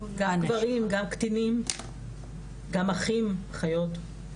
גם גברים, גם קטינים, גם אחים אחיות.